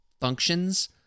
functions